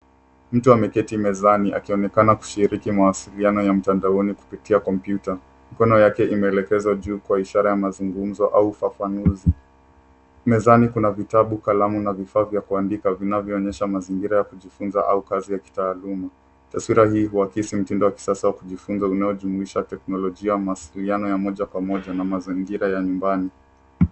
Mtu ameketi mezani akionekana kushiriki mawasiliano ya mtandaoni kupitia kopyuta. Mikono yake imeelekezwa juu kwa ishara ya mazungumzo au ufafanuzi. Mezani kuna vitabu, kalamu na vifaa vya kuandika vinavyoonyesha mazingira ya kujifunza au kazi ya kitaaluma. Taswira hii huakisi mtindo wa kisasa wa kujifunga unaojumuisha teknolojia mawasiliano ya moja kwa moja na mazingira ya nyumbani.